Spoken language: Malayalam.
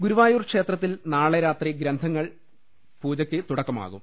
ഗുരുവായൂർ ക്ഷേത്രത്തിൽ നാളെ രാത്രി ഗ്രന്ഥ പൂജക്ക് തുടക്കമാകും